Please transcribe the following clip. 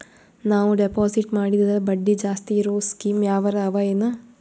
ನಾವು ಡೆಪಾಜಿಟ್ ಮಾಡಿದರ ಬಡ್ಡಿ ಜಾಸ್ತಿ ಇರವು ಸ್ಕೀಮ ಯಾವಾರ ಅವ ಏನ?